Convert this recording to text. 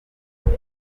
umwe